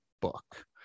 book